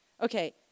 Okay